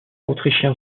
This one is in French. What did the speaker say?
autrichien